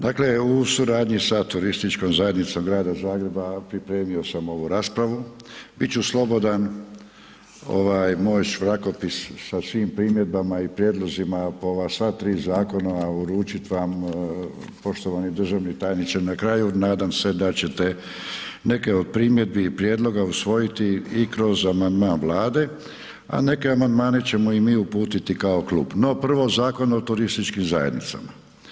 Dakle u suradnji sa TZ-om grada Zagreba pripremio sam ovu raspravu, bit ću slobodan, moj šrakopis sa svim primjedbama i prijedlozima po ova sva tri zakona uručit vam poštovani državni tajniče na kraju, nadam se da ćete neke od primjedbi i prijedloga usvojiti i kroz amandman Vlade, a neke amandmane ćemo i mi uputiti kao klub, no prvo Zakon o turističkim zajednicama.